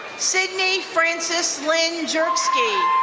sydney francis lynn jerkski,